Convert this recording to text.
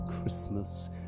Christmas